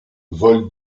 volent